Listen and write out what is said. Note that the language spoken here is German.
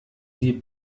die